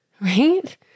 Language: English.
Right